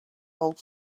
old